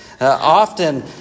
Often